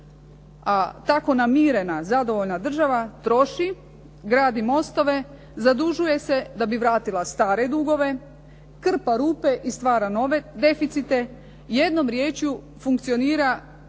A tako namirena, zadovoljna država troši, gradi mostove, zadužuju se da bi vratila stare dugove, krpa rupe i stvara nove deficite, jednom riječju funkcionira